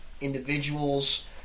individuals